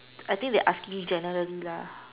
I think they asking generally lah